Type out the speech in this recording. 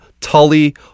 Tully